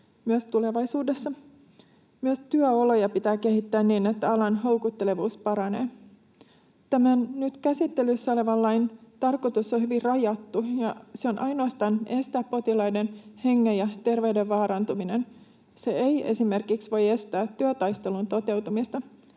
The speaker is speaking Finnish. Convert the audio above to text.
myös tulevaisuudessa. Myös työoloja pitää kehittää niin, että alan houkuttelevuus paranee. Tämän nyt käsittelyssä olevan lain tarkoitus on hyvin rajattu, ja se on ainoastaan estää potilaiden hengen ja terveyden vaarantuminen. Se ei esimerkiksi voi estää työtaistelun toteutumista.